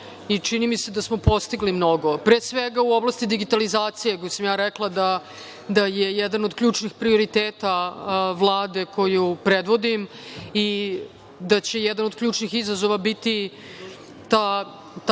čini mi se da smo postigli mnogo. Pre svega, u oblasti digitalizacije, gde sam ja rekla da je jedan od ključnih prioriteta Vlade koju predvodim i da će jedan od ključnih izazova biti ta